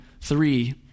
three